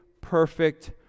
perfect